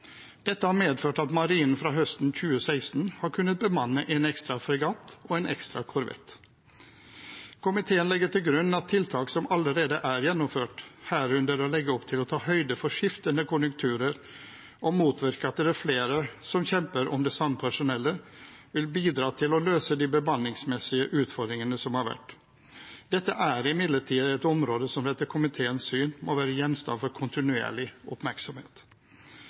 Dette har medført at Marinen fra høsten 2016 har kunnet bemanne en ekstra fregatt og en ekstra korvett. Komiteen legger til grunn at tiltak som allerede er gjennomført, herunder å legge opp til å ta høyde for skiftende konjunkturer og motvirke at det er flere som kjemper om det samme personellet, vil bidra til å løse de bemanningsmessige utfordringene som har vært. Dette er imidlertid et område som etter komiteens syn må være gjenstand for kontinuerlig oppmerksomhet.